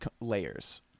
layers